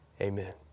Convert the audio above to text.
amen